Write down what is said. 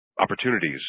opportunities